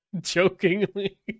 Jokingly